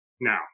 Now